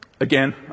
again